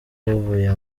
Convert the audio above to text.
buvuye